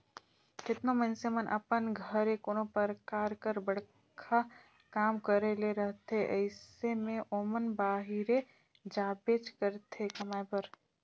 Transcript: केतनो मइनसे मन अपन घरे कोनो परकार कर बड़खा काम करे ले रहथे अइसे में ओमन बाहिरे जाबेच करथे कमाए बर